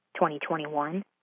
2021